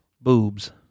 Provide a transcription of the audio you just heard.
boobs